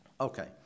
Okay